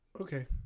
okay